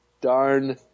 darn